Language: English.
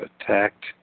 attacked